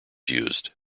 used